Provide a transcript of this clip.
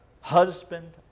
husband